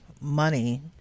money